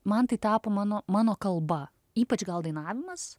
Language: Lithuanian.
man tai tapo mano mano kalba ypač gal dainavimas